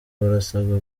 barasabwa